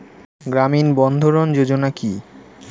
গ্রামীণ বন্ধরন যোজনা কি?